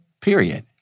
Period